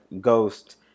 ghost